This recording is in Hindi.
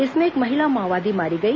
इसमें एक महिला माओवादी मारी गई